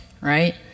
right